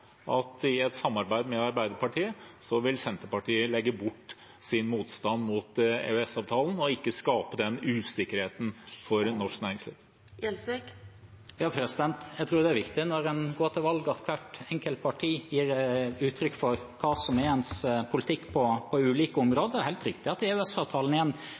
at i et samarbeid med Arbeiderpartiet vil Senterpartiet legge bort sin motstand mot EØS-avtalen og ikke skape denne usikkerheten for norsk næringsliv? Jeg tror det er viktig når en går til valg, at hvert enkelt parti gir uttrykk for hva som er ens politikk på ulike områder. Det er helt riktig at